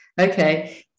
Okay